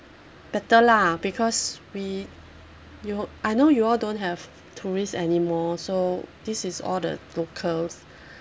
better lah because we you I know you all don't have tourist anymore so this is all the locals